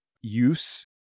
use